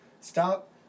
Stop